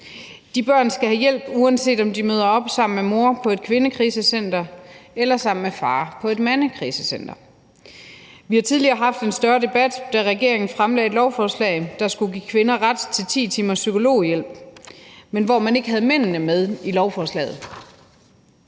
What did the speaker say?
De børn skal have hjælp, uanset om de møder op sammen med mor på et kvindekrisecenter eller sammen med far på et mandekrisecenter. Vi har tidligere haft en større debat, da regeringen fremsatte et lovforslag, der skulle give kvinder ret til 10 timers psykologhjælp, men hvor man ikke havde mændene med i lovforslaget.